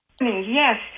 Yes